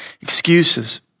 excuses